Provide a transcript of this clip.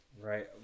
right